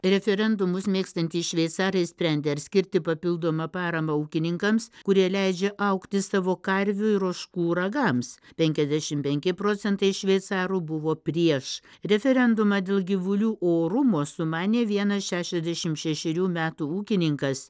referendumus mėgstantys šveicarai sprendė ar skirti papildomą paramą ūkininkams kurie leidžia augti savo karvių ir ožkų ragams penkiasdešim penki procentai šveicarų buvo prieš referendumą dėl gyvulių orumo sumanė vienas šešiasdešim šešerių metų ūkininkas